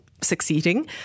succeeding